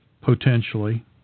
potentially